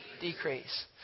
decrease